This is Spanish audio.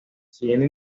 siguiendo